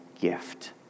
gift